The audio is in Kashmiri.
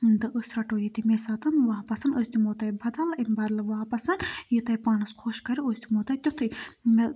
تہٕ أسۍ رَٹو یہِ تٔمی ساتَن واپَس أسۍ دِمو تۄہہِ بَدَل أمۍ بَدلہٕ واپَس یہِ تۄہہِ پانَس خۄش کَریو أسۍ دِمو تۄہہِ تِیُتھے مےٚ